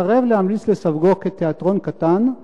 מסרב להמליץ לסווגו כתיאטרון קטן,